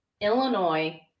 Illinois